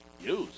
Use